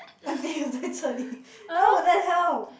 aunty 我在这里：wo zai zhe li how would they help